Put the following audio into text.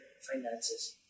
finances